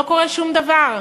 לא קורה שום דבר.